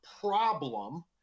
problem